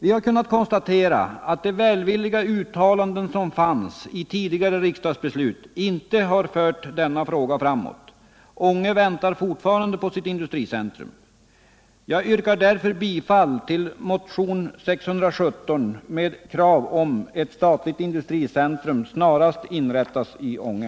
Vi har kunnat konstatera att de välvilliga uttalanden som ingick i tidigare riksdagsbeslut inte har fört frågan framåt. Ånge väntar fortfarande på sitt industricentrum. Jag yrkar därför bifall till motionen 617 med krav på att ett statligt industricentrum snarast inrättas i Ånge.